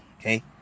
okay